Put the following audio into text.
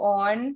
on